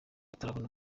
atarabona